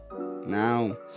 now